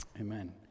Amen